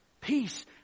peace